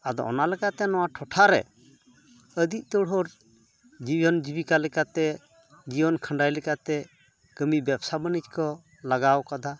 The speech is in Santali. ᱟᱫᱚ ᱚᱱᱟ ᱞᱮᱠᱟᱛᱮ ᱱᱚᱣᱟ ᱴᱚᱴᱷᱟᱨᱮ ᱟᱹᱰᱤ ᱩᱛᱟᱹᱨ ᱦᱚᱲ ᱡᱤᱭᱚᱱ ᱡᱤᱵᱤᱠᱟ ᱞᱮᱠᱟᱛᱮ ᱡᱤᱭᱚᱱ ᱠᱷᱟᱸᱰᱟᱭ ᱞᱮᱠᱟᱛᱮ ᱠᱟᱹᱢᱤ ᱵᱮᱵᱽᱥᱟᱼᱵᱟᱹᱱᱤᱡᱽᱠᱚ ᱞᱟᱜᱟᱣ ᱠᱟᱫᱟ